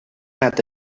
nat